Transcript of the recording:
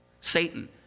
Satan